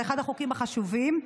וזה אחד החוקים החשובים,